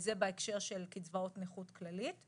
זה בהקשר של קצבאות נכות כללית.